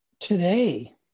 today